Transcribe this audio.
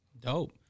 Dope